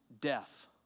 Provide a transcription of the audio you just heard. death